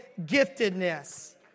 giftedness